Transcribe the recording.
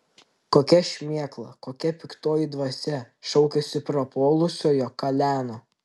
kokia šmėkla kokia piktoji dvasia šaukiasi prapuolusiojo kaleno